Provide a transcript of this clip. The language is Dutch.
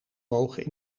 mogen